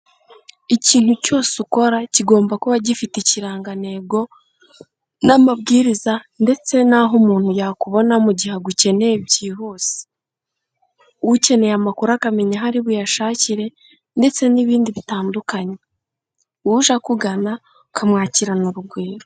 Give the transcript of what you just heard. Ikintu cyose ukora kigomba kuba gifite ikirangantego n'amabwiriza ndetse naho umuntu yakubona mu gihe agukeneye byihuse, ukeneye amakuru akamenya aho ari buyashakire ndetse n'ibindi bitandukanye, uje akugana ukamwakirana urugwiro.